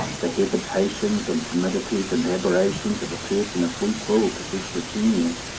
the hesitations and timidities and aberrations of a person of weak will possessed of genius,